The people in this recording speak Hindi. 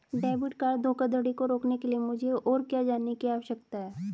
डेबिट कार्ड धोखाधड़ी को रोकने के लिए मुझे और क्या जानने की आवश्यकता है?